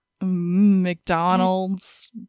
McDonald's